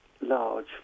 large